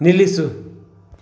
ನಿಲ್ಲಿಸು